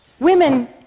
Women